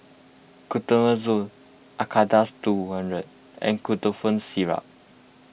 Fluconazole Acardust two hundred and Ketotifen Syrup